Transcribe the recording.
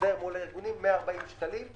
ההסדר מול הארגונים, 140 שקלים.